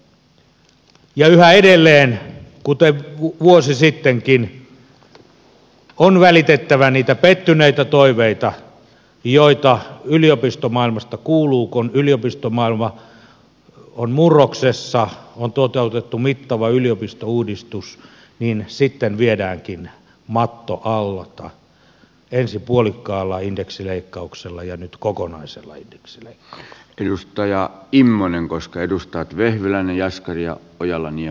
ja yhä edelleen kuten vuosi sittenkin on välitettävä niitä pettyneitä toiveita joita yliopistomaailmasta kuuluu kun yliopistomaailma on murroksessa on toteutettu mittava yliopistouudistus ja sitten viedäänkin matto alta ensin puolikkaalla indeksileikkauksella ja nyt kokonaisellayrityksille juustoja immonen koska edustaa vehviläinen jaskari ja kokonaisella indeksileikkauksella